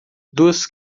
duas